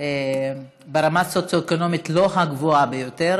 ברמה סוציו-אקונומית לא הגבוהה ביותר,